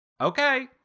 Okay